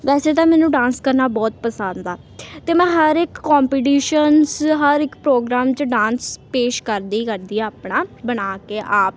ਵੈਸੇ ਤਾਂ ਮੈਨੂੰ ਡਾਂਸ ਕਰਨਾ ਬਹੁਤ ਪਸੰਦ ਆ ਅਤੇ ਮੈਂ ਹਰ ਇੱਕ ਕੋਂਪੀਟੀਸ਼ਨ 'ਚ ਹਰ ਇੱਕ ਪ੍ਰੋਗਰਾਮ 'ਚ ਡਾਂਸ ਪੇਸ਼ ਕਰਦੀ ਕਰਦੀ ਹਾਂ ਆਪਣਾ ਬਣਾ ਕੇ ਆਪ